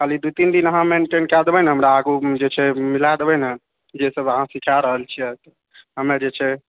खाली दू तीन दिन अहाँ मेन्टेन कए देबै ने हमरा आगू हम जे छै मिला देबै ने जे सब अहाँ सीखा रहल छियै हमे जे छै